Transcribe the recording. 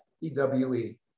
E-W-E